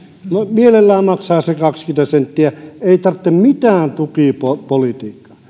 mielellään maksavat sen kaksikymmentä senttiä ei tarvitse mitään tukipolitiikkaa